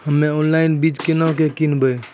हम्मे ऑनलाइन बीज केना के किनयैय?